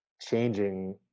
changing